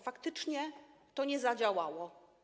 Faktycznie to nie zadziałało.